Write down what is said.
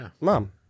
mom